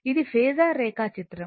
ఇది ఫేసర్ ర్రేఖాచిత్రం